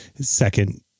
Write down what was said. second